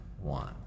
one